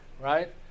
Right